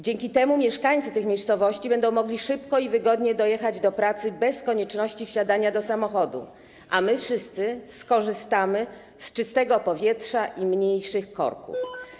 Dzięki temu mieszkańcy tych miejscowości będą mogli szybko i wygodnie dojechać do pracy bez konieczności wsiadania do samochodu, a my wszyscy skorzystamy z czystego powietrza i mniejszych korków.